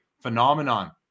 phenomenon